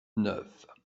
neuf